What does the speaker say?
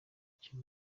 icyo